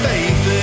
Faith